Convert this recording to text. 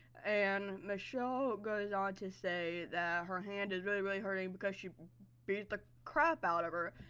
and michelle goes on to say that her hand is really, really hurting because she beat the crap out of her.